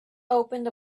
opened